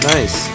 Nice